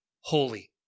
holy